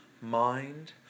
mind